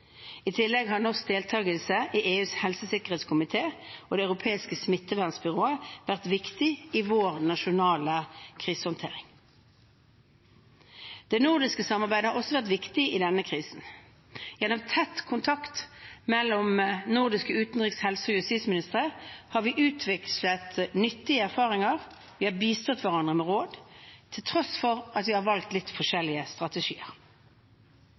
I tillegg har norsk deltakelse i EUs helsesikkerhetskomité, HSC, og Det europeiske smittevernbyrået, ECDC, vært viktig i vår nasjonale krisehåndtering. Det nordiske samarbeidet har også vært viktig i denne krisen. Gjennom tett kontakt mellom nordiske utenriks-, helse- og justisministre har vi utvekslet nyttige erfaringer og bistått hverandre med råd, til tross for at vi har valgt litt forskjellige strategier.